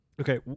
Okay